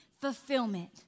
fulfillment